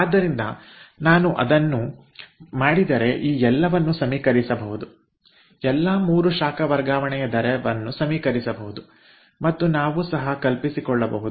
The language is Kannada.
ಆದ್ದರಿಂದ ನಾನು ಅದನ್ನು ಮಾಡಿದರೆ ಈ ಎಲ್ಲವನ್ನು ಸಮೀಕರಿಸಬಹುದು ಎಲ್ಲಾ 3 ಶಾಖ ವರ್ಗಾವಣೆಯ ದರವನ್ನು ಸಮೀಕರಿಸಬಹುದು ಮತ್ತು ನಾವು ಸಹ ಕಲ್ಪಿಸಿಕೊಳ್ಳಬಹುದು